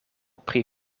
pri